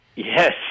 Yes